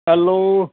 hello